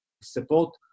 support